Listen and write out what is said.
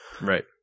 Right